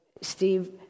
Steve